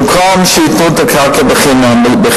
אז במקום שייתנו את הקרקע בחינם,